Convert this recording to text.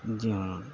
جی ہاں